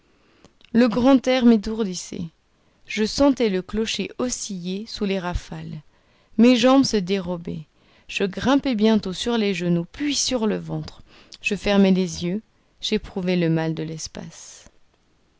le grand air m'étourdissait je sentais le clocher osciller sous les rafales mes jambes se dérobaient je grimpai bientôt sur les genoux puis sur le ventre je fermais les yeux j'éprouvais le mal de l'espace